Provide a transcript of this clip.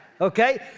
Okay